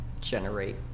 generate